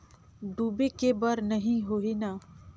डूबे के बर नहीं होही न?